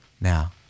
Now